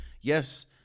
yes